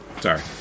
Sorry